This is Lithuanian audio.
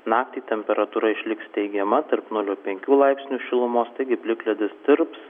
naktį temperatūra išliks teigiama tarp nulio penkių laipsnių šilumos taigi plikledis tirps